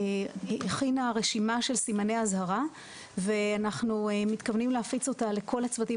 הכינה רשימה של סימני אזהרה ואנחנו מתכוונים להפיץ אותה לכל הצוותים